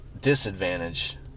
disadvantage